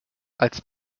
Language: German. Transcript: als